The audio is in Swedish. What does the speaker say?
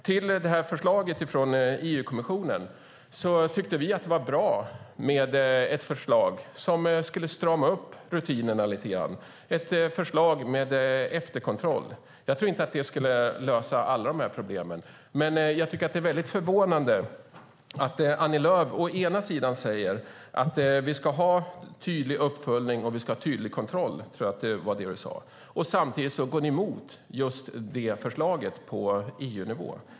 När det gäller förslaget från EU-kommissionen tyckte vi att det var bra med ett förslag som skulle strama upp rutinerna - ett förslag med efterkontroll. Jag tror inte att det skulle lösa alla problem, men det är förvånande att Annie Lööf säger att vi ska ha tydlig uppföljning och kontroll samtidigt som ni går emot det förslaget på EU-nivå.